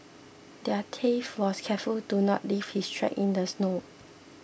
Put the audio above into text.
the thief was careful to not leave his tracks in the snow